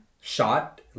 shot